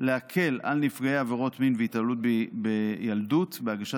להקל על נפגעי עבירות מין והתעללות בילדות בהגשת